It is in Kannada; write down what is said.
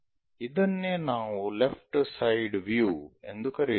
ಇದನ್ನೇ ನಾವು ಲೆಫ್ಟ್ ಸೈಡ್ ವ್ಯೂ ಎಂದು ಕರೆಯುತ್ತೇವೆ